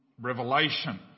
Revelation